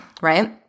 right